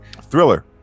Thriller